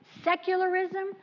secularism